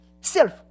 self